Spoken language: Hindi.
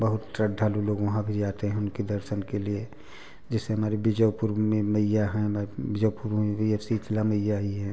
बहुत श्रद्धालु लोग वहाँ भी जाते है उनके दर्शन के लिए जैसे हमारे बीजापुर में मैया हैं हमाए बीजापुर में भी अब शीतला मैया ही हैं